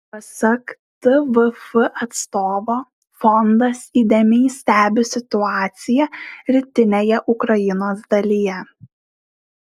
pasak tvf atstovo fondas įdėmiai stebi situaciją rytinėje ukrainos dalyje